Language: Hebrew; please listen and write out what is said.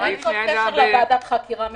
אין שום קשר לוועדת החקירה הממשלתית.